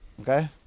Okay